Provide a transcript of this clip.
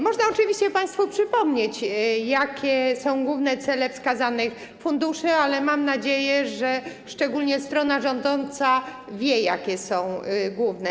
Można oczywiście państwu przypomnieć, jakie są główne cele wskazanych funduszy, ale mam nadzieję, że szczególnie strona rządząca je zna.